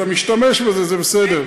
אתה משתמש בזה, זה בסדר.